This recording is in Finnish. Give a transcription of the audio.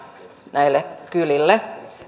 näille kylille